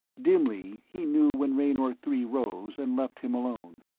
dimly, he knew when raynor three rose and left him alone.